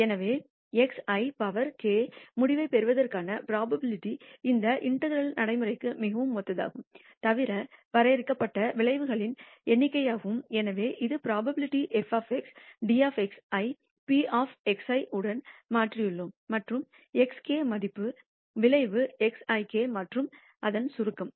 எனவே xi power k முடிவைப் பெறுவதற்கான புரோபாபிலிடி இந்த இன்டெகரால் நடைமுறைக்கு மிகவும் ஒத்ததாகும் தவிர வரையறுக்கப்பட்ட விளைவுகளின் எண்ணிக்கையும் எனவே புரோபாபிலிடி f dx ஐ p உடன் மாற்றியுள்ளோம் மற்றும் xk மதிப்பு விளைவு xik மற்றும் அதன் சுருக்கம்